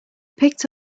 picked